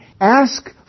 ask